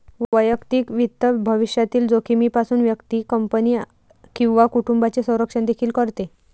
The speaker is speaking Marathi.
वैयक्तिक वित्त भविष्यातील जोखमीपासून व्यक्ती, कंपनी किंवा कुटुंबाचे संरक्षण देखील करते